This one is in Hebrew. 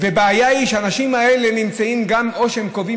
והבעיה היא שהאנשים האלה הם או קובעים